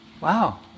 Wow